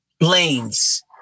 lanes